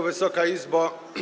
Wysoka Izbo!